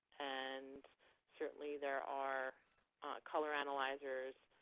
and certainly, there are color analyzers,